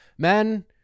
Men